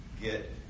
get